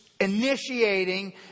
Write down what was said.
initiating